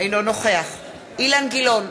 אינו נוכח אילן גילאון,